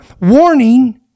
warning